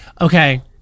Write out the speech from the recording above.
Okay